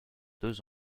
deux